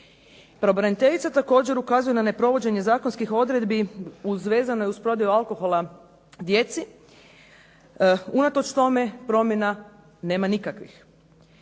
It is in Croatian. Pravobraniteljica također ukazuje na neprovođenje zakonskih odredbi vezane uz prodaju alkohola djeci. Unatoč tome, promjena nema nikakvih.